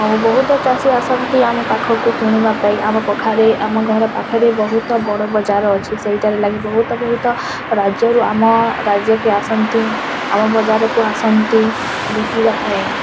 ଆଉ ବହୁତ ଚାଷୀ ଆସନ୍ତି ଆମ ପାଖକୁ କିଣିବାପାଇଁ ଆମ ପାଖରେ ଆମ ଘର ପାଖରେ ବହୁତ ବଡ଼ ବଜାର ଅଛି ସେଇଟାର ଲାଗି ବହୁତ ବହୁତ ରାଜ୍ୟରୁ ଆମ ରାଜ୍ୟକେ ଆସନ୍ତି ଆଉ ଆମ ବଜାରକୁ ଆସନ୍ତି ବିକିବା ପାଇଁ